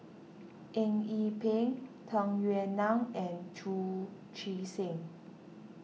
Eng Yee Peng Tung Yue Nang and Chu Chee Seng